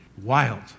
wild